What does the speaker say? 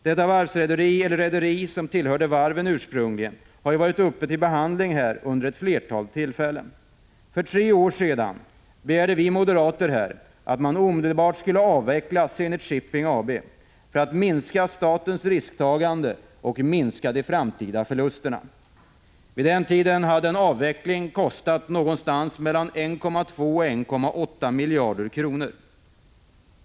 Detta varvsrederi, ett rederi som ursprungligen tillhörde varven, har diskuterats här vid flera tillfällen. För tre år sedan begärde vi moderater att man omedelbart skulle avveckla Zenit Shipping AB för att minska statens risktagande och de framtida förlusterna. Vid den tiden hade en avveckling kostat mellan 1,2 och 1,8 miljarder kronor.